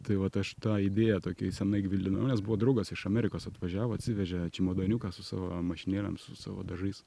tai vat aš tą idėją tokią senai gvildenau nes buvo draugas iš amerikos atvažiavo atsivežė čiamodaniuką su savo mašinėlėm su savo dažais